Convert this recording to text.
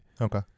Okay